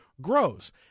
grows